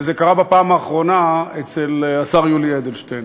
וזה קרה בפעם האחרונה אצל השר יולי אדלשטיין.